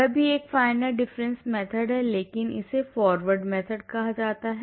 वह भी एक finite difference method है लेकिन इसे forward method कहा जाता है